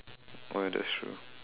oh ya that's true